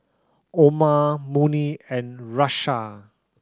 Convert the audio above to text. Omar Murni and Russia